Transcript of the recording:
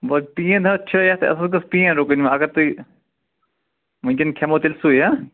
وۄنۍ پین حظ چھِ یَتھ اَتھ حظ گٔژھ پین رُکٕنۍ وۄنۍ اَگر تُہۍ وٕنۍکٮ۪ن کھٮ۪مو تیٚلہِ سُے ہہ